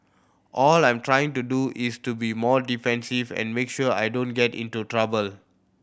all I'm trying to do is to be more defensive and make sure I don't get into trouble